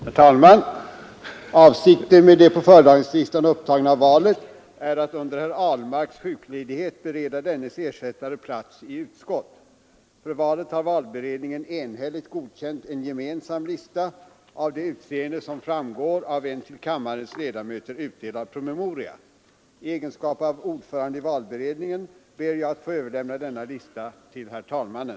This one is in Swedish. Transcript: Herr talman! Avsikten med det på föredragningslistan upptagna valet är att under herr Ahlmarks sjukledighet bereda dennes ersättare plats i utskott. För valet har valberedningen enhälligt godkänt en gemensam lista av det utseende som framgår av en till kammarens ledamöter utdelad promemoria. I egenskap av ordförande i valberedningen ber jag att få överlämna denna lista till herr talmannen.